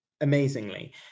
amazingly